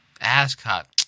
Ascot